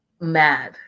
mad